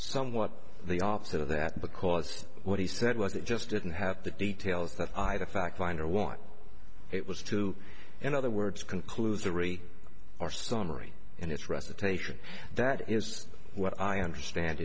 somewhat the opposite of that because what he said was it just didn't have the details that i the fact finder want it was to in other words conclusory or summary and it's recitation that is what i understand